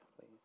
please